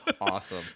Awesome